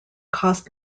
cost